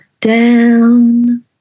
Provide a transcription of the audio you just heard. down